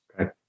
Okay